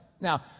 Now